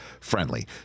friendly